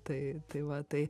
tai tai va tai